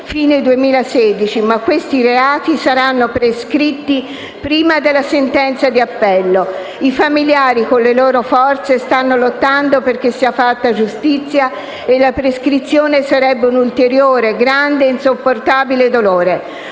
(fine 2016), ma questi reati saranno prescritti prima della sentenza di appello. I familiari con le loro forze stanno lottando perché sia fatta giustizia e la prescrizione sarebbe un ulteriore grande insopportabile dolore.